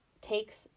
takes